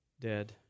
dead